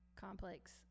complex